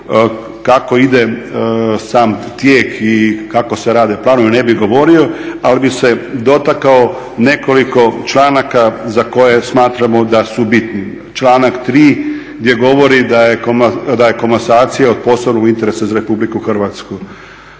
kako ide sam tijek i kako se rade planovi, ne bih govorio, ali bih se dotakao nekoliko članaka za koje smatramo da su bitni. Članak 3. gdje govori da je komasacija od posebnog interesa za RH, time i za sve